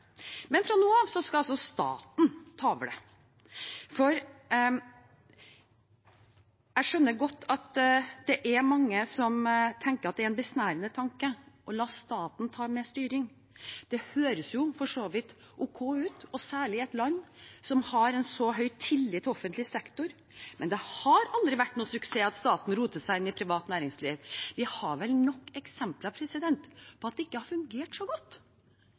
Men fra nå skal altså staten ta over. Jeg skjønner godt at det for mange er en besnærende tanke å la staten ta mer styring. Det høres jo for så vidt ok ut, særlig i et land som har så høy tillit til offentlig sektor, men det har aldri vært noen suksess at staten roter seg inn i privat næringsliv. Vi har nok eksempler på at det ikke har fungert så godt.